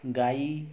ଗାଈ